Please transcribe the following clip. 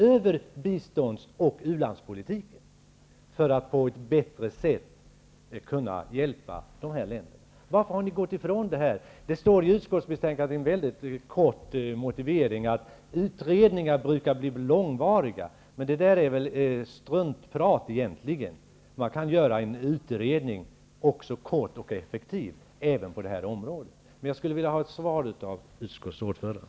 Det är ju en sådan som måste till för att vi på ett bättre sätt skall kunna hjälpa dessa länder. Varför har ni gått ifrån detta? Det står i utskottsbetänkandet i en mycket kort motivering att utredningar brukar bli långvariga, men det är väl egentligen struntprat. Man kan även göra en kort och effektiv utredning på det här området. Jag skulle vilja ha ett svar av utskottsordföranden.